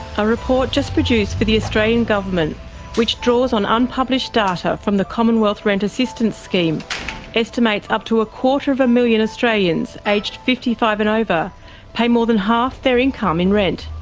a report just produced for the australian government which draws on unpublished data from the commonwealth rent assistance scheme estimates up to a quarter of a million australians aged fifty five and over pay more than half their income in rent,